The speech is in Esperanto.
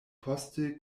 poste